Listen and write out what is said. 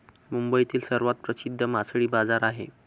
मुंबईतील सर्वात प्रसिद्ध मासळी बाजार आहे